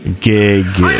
gig